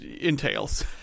entails